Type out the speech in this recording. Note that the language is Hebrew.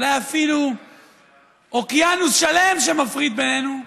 אולי אפילו אוקיינוס שלם שמפריד בינינו,